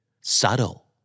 Subtle